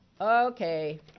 Okay